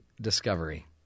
discovery